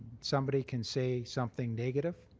somebody can say something negative,